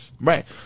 Right